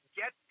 get